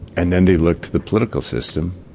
and then they look to the political system,